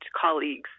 colleagues